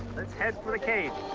let's head for the cave.